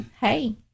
Hey